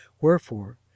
wherefore